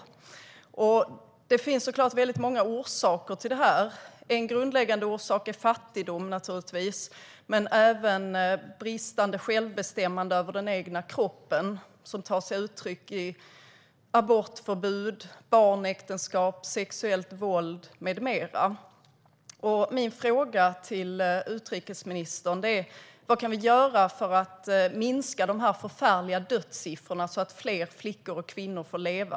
Det finns såklart många orsaker till detta. En grundläggande orsak är givetvis fattigdom men även bristande självbestämmande över den egna kroppen som tar sig uttryck i abortförbud, barnäktenskap, sexuellt våld med mera. Min fråga till utrikesministern är: Vad kan vi göra för att minska dessa förfärliga dödssiffror så att fler flickor och kvinnor får leva?